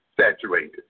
saturated